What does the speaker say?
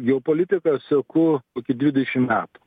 geopolitiką seku kokį dvidešim metų